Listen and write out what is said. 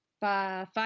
five